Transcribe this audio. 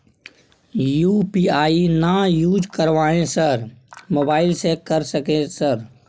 UPI ना use करवाएं sir mobile से कर सके सर?